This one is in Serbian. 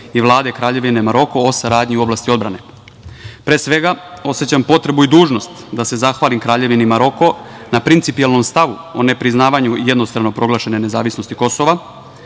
i Vlade Kraljevine Maroko o saradnji u oblasti odbrane. Pre svega, osećam potrebu i dužnost da se zahvalim Kraljevini Maroko na principijelnom stavu o ne priznavanju jednostrano proglašene nezavisnosti Kosova.